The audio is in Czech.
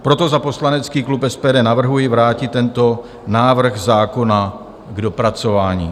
Proto za poslanecký klub SPD navrhuji vrátit tento návrh zákona k dopracování.